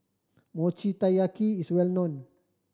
Mochi Taiyaki is well known